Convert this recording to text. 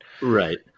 Right